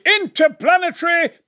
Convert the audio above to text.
Interplanetary